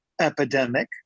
epidemic